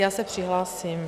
Já se přihlásím.